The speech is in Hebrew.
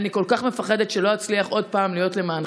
אני כל כך מפחדת שלא אצליח עוד להיות למענכם,